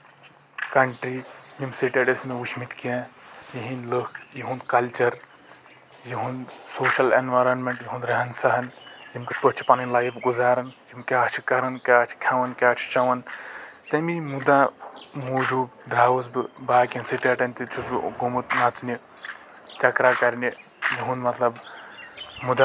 country یِم state ٲسۍ نہٕ وٕچھۍمٕتۍ کیٚنٛہہ یِہنٛد لٔکھ یِہُنٛد کَلچر یِہُنٛد سوشل اینویرانمینٹ یِہُنٛد ریٚہن سیٚہن یِم کِتھۍ پٲٹھۍ چھِ پَنٕنۍ لایف گُزاران یِم کیٚاہ چھِ کران کیٚاہ چھِ کھٮ۪وان کیٚاہ چھِ چیٚوان تَمی مُدا موٗجوٗب دراوُس بہٕ باقین سِٹیٚٹن تہِ چھُس بہٕ گوٚمُت نَژنہِ چکرا کرنہِ یِہنٛد مطلب